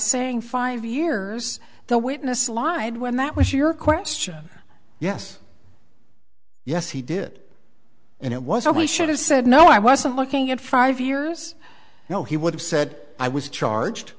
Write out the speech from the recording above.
saying five years the witness lied when that was your question yes yes he did and it was a we should have said no i wasn't looking at five years you know he would have said i was charged